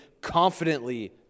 confidently